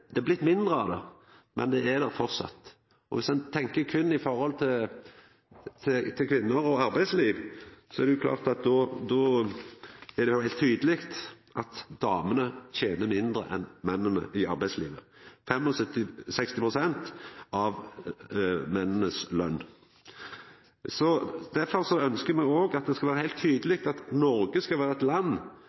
Det er blitt mindre av det, men det er der framleis. Dersom ein tenkjer berre på kvinner og arbeidsliv, er det heilt tydeleg at damene tener mindre enn mennene i arbeidslivet. Dei har 65 pst. av mennenes lønn. Derfor ønskjer me òg at det skal vera heilt tydeleg at Noreg skal vera eit land